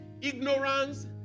ignorance